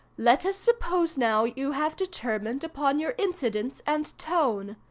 let us suppose now you have determined upon your incidents and tone.